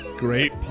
great